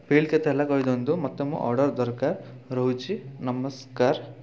bill କେତେ ହେଲା କହିଦିଅନ୍ତୁ ମୋତେ ମୋ ଅର୍ଡ଼ର୍ ଦରକାର ରହୁଛି ନମସ୍କାର